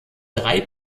drei